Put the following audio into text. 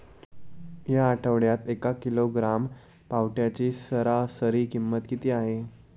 या आठवड्यात एक किलोग्रॅम पावट्याची सरासरी किंमत किती आहे?